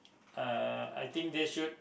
uh I think they should